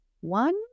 one